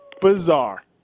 Bizarre